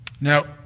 Now